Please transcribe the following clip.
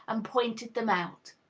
and pointed them out.